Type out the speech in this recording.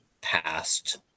past